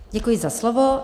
Děkuji za slovo.